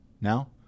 now